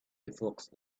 evokes